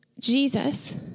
Jesus